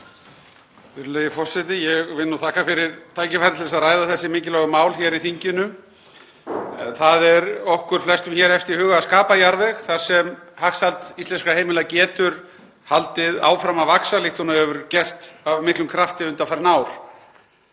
Það er okkur flestum hér efst í huga að skapa jarðveg þar sem hagsæld íslenskra heimila getur haldið áfram að vaxa líkt og hún hefur gert af miklum krafti undanfarin ár.